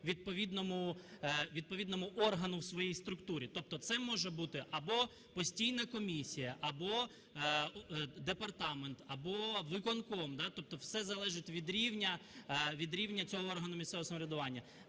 відповідному органу в своїй структурі. Тобто це може бути або постійна комісія, або департамент, або виконком, да, тобто все залежить від рівня... від рівня цього органу місцевого самоврядування.